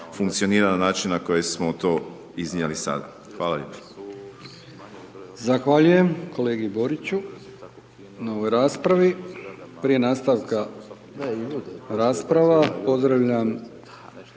funkcionira na način na koji smo to iznijeli sada. Hvala lijepo.